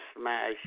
Smash